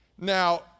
Now